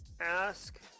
Ask